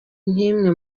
nk’imwe